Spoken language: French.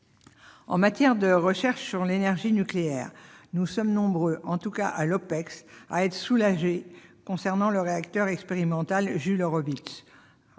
En matière de recherche sur l'énergie nucléaire, nous sommes nombreux, en tout cas au sein de l'Opecst, à être soulagés concernant le réacteur expérimental Jules Horowitz,